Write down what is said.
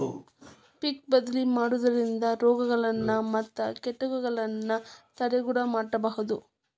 ಪಿಕ್ ಬದ್ಲಿ ಮಾಡುದ್ರಿಂದ ರೋಗಗಳನ್ನಾ ಮತ್ತ ಕೇಟಗಳನ್ನಾ ತಡೆಗಟ್ಟಬಹುದು